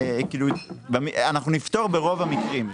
אנחנו נפטור ברוב המקרים.